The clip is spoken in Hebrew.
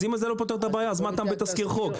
אז אם זה לא פותר את הבעיה אז מה הטעם בתזכיר חוק?